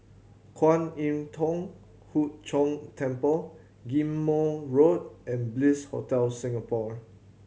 Kwan Im Thong Hood Cho Temple Ghim Moh Road and Bliss Hotel Singapore